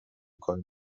کاری